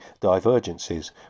divergences